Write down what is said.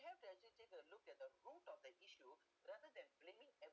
we have the agitated look at the root of the issue rather than blaming